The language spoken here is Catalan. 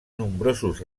nombrosos